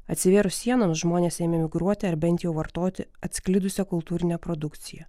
atsivėrus sienoms žmonės ėmė migruoti ar bent jau vartoti atsklidusią kultūrinę produkciją